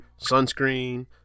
sunscreen